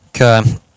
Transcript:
Okay